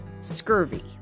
scurvy